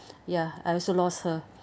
ya I also lost her